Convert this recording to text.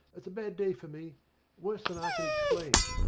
it's a bad day for me worse than i can explain.